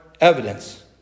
evidence